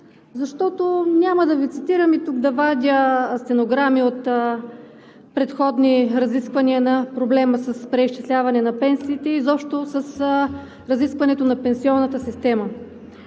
защото няма да Ви цитирам и да вадя стенограми от предходни разисквания на проблема с преизчисляването на пенсиите, изобщо с разискването на пенсионната система,